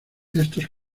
estos